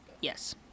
Yes